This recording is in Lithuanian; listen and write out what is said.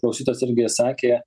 klausytojas irgi sakė